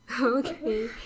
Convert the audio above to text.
Okay